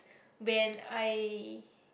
when I